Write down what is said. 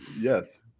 Yes